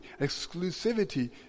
Exclusivity